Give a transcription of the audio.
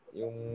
yung